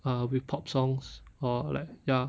err with pop songs or like ya